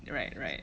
right right